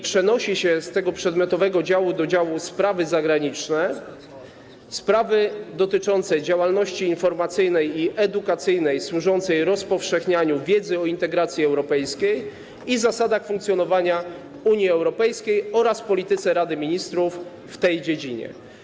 Przenosi się z tego przedmiotowego działu do działu sprawy zagraniczne sprawy dotyczące działalności informacyjnej i edukacyjnej służącej rozpowszechnianiu wiedzy o integracji europejskiej i zasadach funkcjonowania Unii Europejskiej oraz o polityce Rady Ministrów w tej dziedzinie.